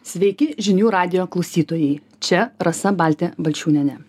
sveiki žinių radijo klausytojai čia rasa baltė balčiūnienė